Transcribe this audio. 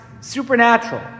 supernatural